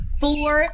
four